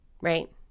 right